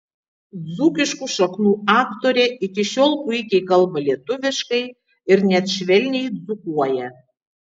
dzūkiškų šaknų aktorė iki šiol puikiai kalba lietuviškai ir net švelniai dzūkuoja